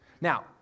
Now